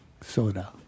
soda